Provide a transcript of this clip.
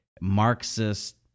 Marxist